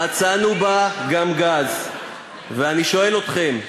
מצאנו בה גם גז, ואני שואל אתכם: